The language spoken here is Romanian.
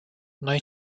noi